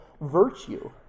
virtue